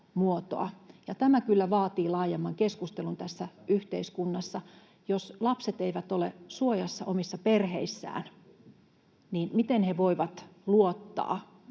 tämä kyllä vaatii laajemman keskustelun tässä yhteiskunnassa. Jos lapset eivät ole suojassa omissa perheissään, niin miten he voivat luottaa